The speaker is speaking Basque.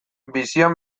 bizian